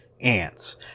Ants